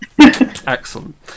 Excellent